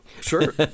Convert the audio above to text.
sure